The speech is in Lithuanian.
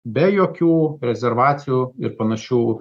be jokių rezervacijų ir panašių